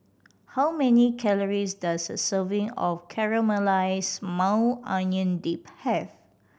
how many calories does a serving of Caramelized Maui Onion Dip have